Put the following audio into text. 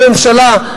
הממשלה,